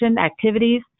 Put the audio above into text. activities